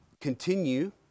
continue